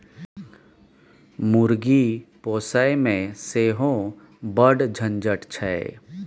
मुर्गी पोसयमे सेहो बड़ झंझट छै